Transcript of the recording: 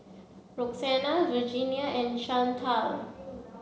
Roxana Virginia and Chantal